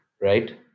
right